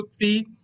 feed